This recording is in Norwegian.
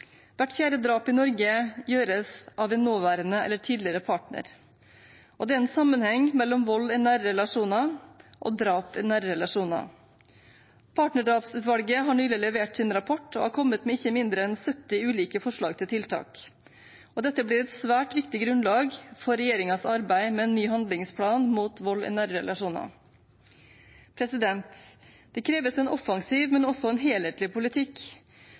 Hvert fjerde drap i Norge gjøres av en nåværende eller tidligere partner, og det er en sammenheng mellom vold i nære relasjoner og drap i nære relasjoner. Partnerdrapsutvalget har nylig levert sin rapport og har kommet med ikke mindre enn 70 ulike forslag til tiltak. Dette blir et svært viktig grunnlag for regjeringens arbeid med en ny handlingsplan mot vold i nære relasjoner. Det kreves en offensiv, men også en helhetlig politikk,